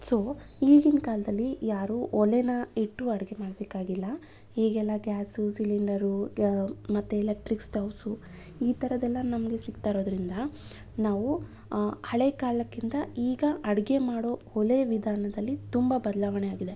so ಈಗಿನ ಕಾಲದಲ್ಲಿ ಯಾರೂ ಒಲೆನ ಇಟ್ಟು ಅಡಿಗೆ ಮಾಡಬೇಕಾಗಿಲ್ಲ ಈಗೆಲ್ಲ ಗ್ಯಾಸು ಸಿಲಿಂಡರು ಮತ್ತು ಎಲೆಕ್ಟ್ರಿಕ್ ಸ್ಟೌವ್ಸು ಈ ಥರದ್ದೆಲ್ಲ ನಮಗೆ ಸಿಗ್ತಾ ಇರೋದ್ರಿಂದ ನಾವು ಹಳೆ ಕಾಲಕ್ಕಿಂತ ಈಗ ಅಡಿಗೆ ಮಾಡೋ ಒಲೆಯ ವಿಧಾನದಲ್ಲಿ ತುಂಬ ಬದಲಾವಣೆಯಾಗಿದೆ